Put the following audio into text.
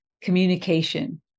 communication